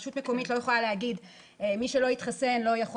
רשות מקומית לא יכולה להגיד שמי שלא התחסן לא יכול